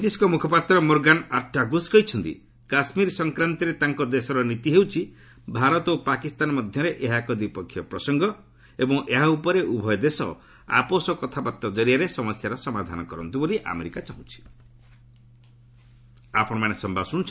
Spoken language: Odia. ବୈଦେଶିକ ମୁଖପାତ୍ର ମୋର୍ଗାନ୍ ଅର୍ଚ୍ଚାଗୁସ୍ କହିଛନ୍ତି କାଶ୍କୀର ସଂକ୍ରାନ୍ତରେ ତାଙ୍କ ଦେଶର ନୀତି ହେଉଛି ଭାରତ ଓ ପାକିସ୍ତାନ ମଧ୍ୟରେ ଏହା ଏକ ଦ୍ୱିପକ୍ଷିୟ ପ୍ରସଙ୍ଗ ଏବଂ ଏହା ଉପରେ ଉଭୟ ଦେଶ ଆପୋଷ କଥାବାର୍ତ୍ତା ଜରିଆରେ ସମସ୍ୟାର ସମାଧାନ କରନ୍ତ୍ର ବୋଲି ଆମେରିକା ଚାହେଁ